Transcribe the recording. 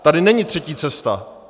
Tady není třetí cesta.